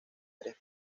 tres